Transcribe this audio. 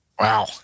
wow